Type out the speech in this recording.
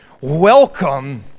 Welcome